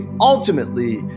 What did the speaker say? ultimately